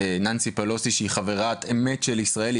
ננסי פלוסי, שהיא חברת אמת של ישראל.